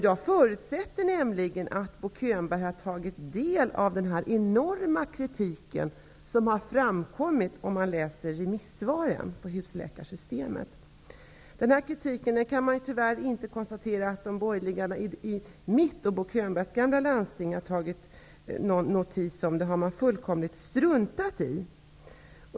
Jag förutsätter att Bo Könberg har tagit del av den enorma kritik som framkommit i remissvaren på husläkarsystemet. Det går tyvärr inte konstatera att de borgeliga ledamöterna i mitt och tidigare Bo Könbergs landsting har tagit notis om den här kritiken. Den har man fullkomligt struntat i.